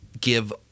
give